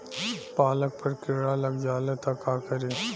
पालक पर कीड़ा लग जाए त का करी?